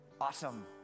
Awesome